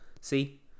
see